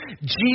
Jesus